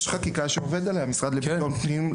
יש חקיקה שעובד עליה המשרד לביטחון הפנים,